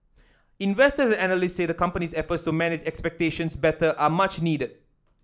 investors and analysts say the company's efforts to manage expectations better are much needed